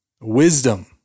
wisdom